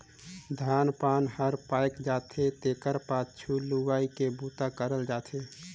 धान पान हर पायक जाथे तेखर पाछू लुवई के बूता करल जाथे